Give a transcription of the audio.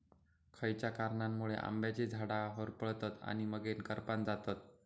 खयच्या कारणांमुळे आम्याची झाडा होरपळतत आणि मगेन करपान जातत?